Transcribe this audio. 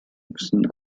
müssen